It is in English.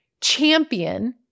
champion